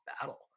battle